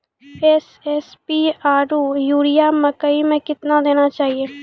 SSP आरु urea मकई मे कितना देना चाहिए?